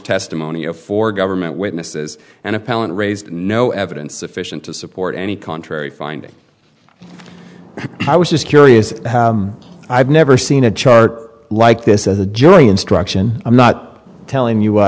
testimony of four government witnesses and appellant raised no evidence sufficient to support any contrary finding i was just curious how i've never seen a chart like this as a jury instruction i'm not telling you i